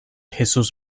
jesús